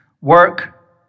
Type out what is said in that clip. Work